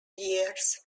years